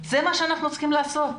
זה מה שאנחנו צריכים לעשות.